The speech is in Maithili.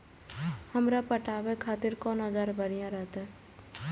हमरा पटावे खातिर कोन औजार बढ़िया रहते?